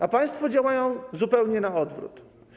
A państwo działają zupełnie na odwrót.